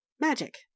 Magic